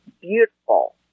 beautiful